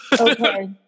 okay